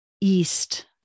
east